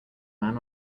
man